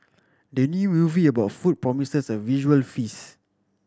the new movie about food promises a visual feast